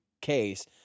case